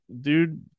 dude